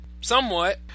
somewhat